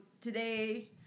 today